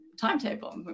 timetable